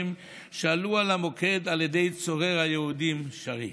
שעלו על המוקד על ידי צורר היהודים שר"י.